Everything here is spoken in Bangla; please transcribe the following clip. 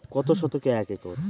কত শতকে এক একর?